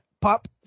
Pop